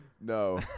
no